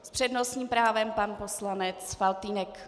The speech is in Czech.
S přednostním právem pan poslanec Faltýnek.